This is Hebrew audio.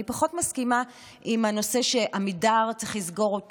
אני פחות מסכימה עם הנושא שאת עמידר צריך לסגור.